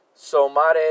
Somare